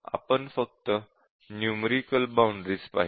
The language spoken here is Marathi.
आपण फक्त नुमेरिकेल बाउंडरी पाहिल्या